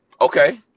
Okay